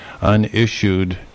unissued